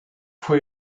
fuhr